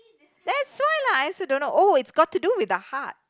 that's why lah I also don't know oh it's got to do with the heart